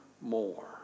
more